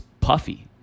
puffy